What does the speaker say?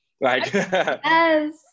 Yes